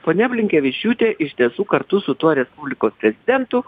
ponia blinkevičiūtė iš tiesų kartu su tuo respublikos prezidentu